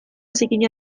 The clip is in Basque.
zikina